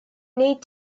need